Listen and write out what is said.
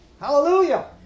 Hallelujah